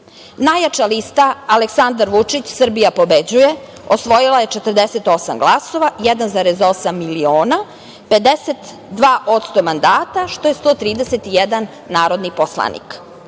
Najjača lista Aleksandar Vučić – Srbija pobeđuje osvojila je 48 glasova, 1,8 miliona, 52% mandata, što je 131 narodni poslanik.